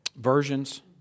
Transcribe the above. versions